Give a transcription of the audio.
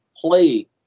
play